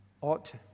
ought